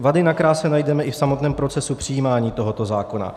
Vady na kráse najdeme i v samotném procesu přijímání tohoto zákona.